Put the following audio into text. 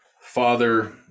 Father